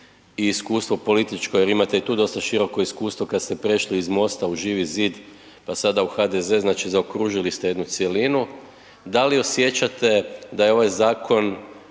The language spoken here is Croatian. i iskustvo političko jer imate i tu široko iskustvo kad ste prešli iz MOST-a u Živi zid pa sada u HDZ, znači zaokružili ste jednu cjelinu, da li osjećate da je ovaj zakon